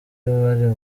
bari